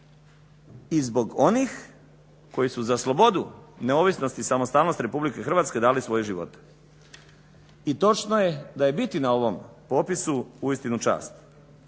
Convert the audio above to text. i zbog onih koji su za slobodu, neovisnost i samostalnost RH dali svoje živote. I točno je da je biti na ovom popisu uistinu čast.